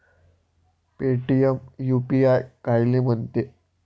Paytm UPI कायले म्हनते?